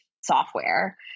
software